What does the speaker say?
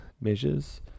measures